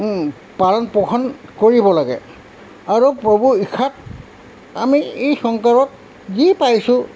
পালন পোষণ কৰিব লাগে আৰু প্ৰভু ইচ্ছাত আমি এই সংসাৰত যি পাইছোঁ